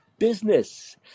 business